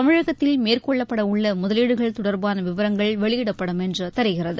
தமிழகத்தில் மேற்கொள்ளப்பட உள்ள இறதியில் முதலீடுகள் தொடர்பான விவரங்கள் வெளியிடப்படும் என்று தெரிகிறது